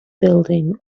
building